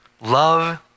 love